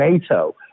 NATO